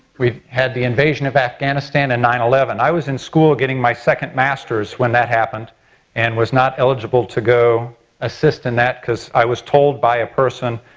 we've had the invasion of afghanistan and nine eleven. i was in school getting my second masters when that happened and i was not eligible to go assist in that because i was told by a person,